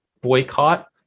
boycott